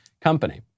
company